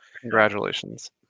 Congratulations